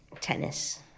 Tennis